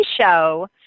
show